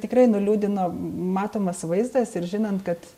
tikrai nuliūdino matomas vaizdas ir žinant kad